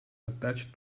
attached